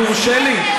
יורשה לי?